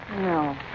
No